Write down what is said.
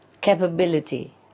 capability